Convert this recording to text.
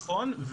נכון,